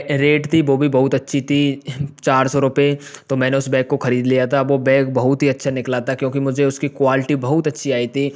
rate थी वो भी बहुत अच्छी थी चार सौ रूपये तो मैंने उसे बैग को ख़रीद लिया था वह बैग बहुत ही अच्छा निकला था क्योंकि मुझे उसकी क्वालिटी बहुत अच्छी आई थी